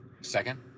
Second